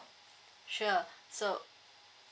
sure so